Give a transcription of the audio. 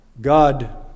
God